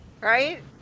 right